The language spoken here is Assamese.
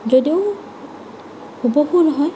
যদিও হুবহু নহয়